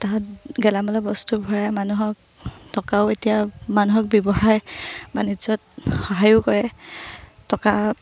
তাহাঁত গেলামালা বস্তু ভৰাই মানুহক টকাও এতিয়া মানুহক ব্যৱসায় বাণিজ্যত সহায়ো কৰে টকা